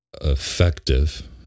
effective